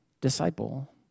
disciple